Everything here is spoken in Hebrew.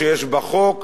שיש בה חוק,